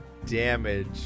damage